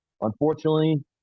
unfortunately